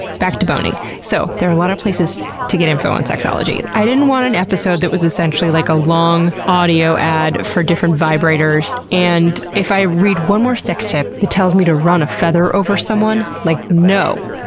back to boning. so, there are a lot of places to get info on sexology. i didn't want an episode that was essentially like a long audio ad for different vibrators, and if i read one more sex tip that tells me to run a feather over someone, like, no!